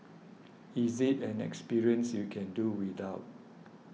is it an experience you can do without